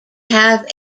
have